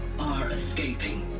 are escaping.